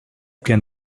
can